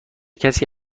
کسی